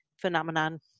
phenomenon